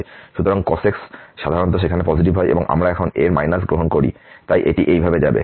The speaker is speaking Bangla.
সুতরাং cos x সাধারণত সেখানে পজিটিভ হয় এবং আমরা এখন এর গ্রহণ করছি তাই এটি এইভাবে যাবে